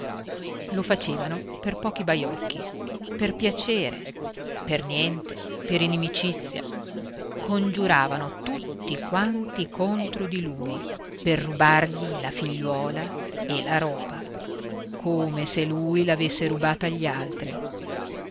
lo facevano per pochi baiocchi per piacere per niente per inimicizia congiuravano tutti quanti contro di lui per rubargli la figliuola e la roba come se lui l'avesse rubata agli altri